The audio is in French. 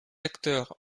acteurs